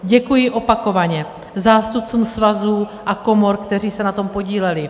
Děkuji opakovaně zástupcům svazů a komor, kteří se na tom podíleli.